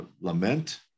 lament